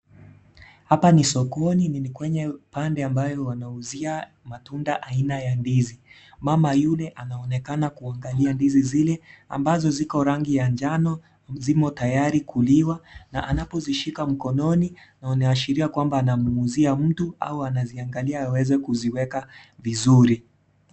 Hapa ni sokoni ambapo wanauzia matunda Aina ya ndizimama Yule anaonekana akiangalia ndizi zile zenye rangi ya manjano ambazo zinaonekana tayari kuliwa na anapozishikilia mkononi anaashiria kwamba anauzia mtu au kuzipanga vizuri.